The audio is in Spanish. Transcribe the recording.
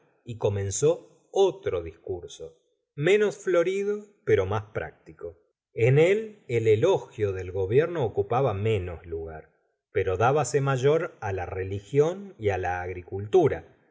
y comenzó otro discurso menos florido pero más práctico en él el elogio del gobierno ocupaba menos lugar pero dábase mayor á la religión y á la agricultura